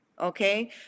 okay